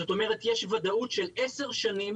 זאת אומרת שיש ודאות של עשר שנים.